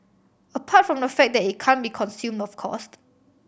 apart from the fact that it can't be consume of cause